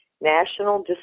National